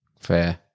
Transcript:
Fair